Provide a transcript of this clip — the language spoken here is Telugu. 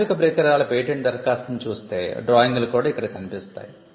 యాంత్రిక పరికరాల పేటెంట్ దరఖాస్తును చూస్తే డ్రాయింగ్లు కూడా ఇక్కడ కనిపిస్తాయి